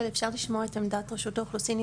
אפשר לשמוע את עמדת רשות האוכלוסין,